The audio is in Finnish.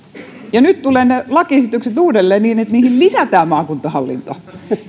ja nyt tulevat ne lakiesitykset uudelleen niin että niihin lisätään maakuntahallinto